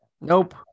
Nope